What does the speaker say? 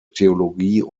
theologie